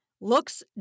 looks